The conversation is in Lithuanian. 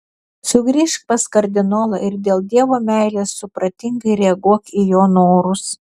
sugrįžk pas kardinolą ir dėl dievo meilės supratingai reaguok į jo norus